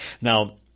Now